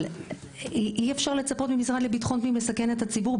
אבל אי אפשר לצפות מהמשרד לביטחון הפנים לסכן את הציבור,